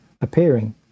appearing